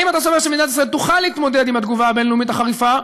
האם אתה סובר שמדינת ישראל תוכל להתמודד עם התגובה הבין-לאומית החריפה,